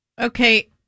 Okay